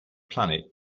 planet